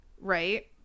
right